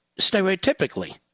stereotypically